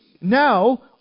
now